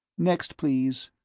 next, please.